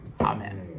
Amen